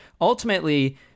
ultimately